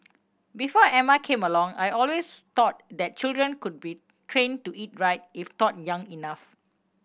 before Emma came along I always thought that children could be trained to eat right if taught young enough